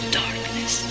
darkness